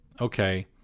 okay